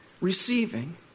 receiving